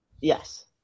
Yes